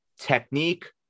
technique